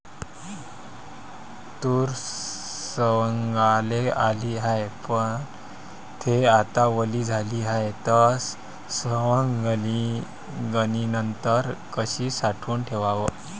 तूर सवंगाले आली हाये, पन थे आता वली झाली हाये, त सवंगनीनंतर कशी साठवून ठेवाव?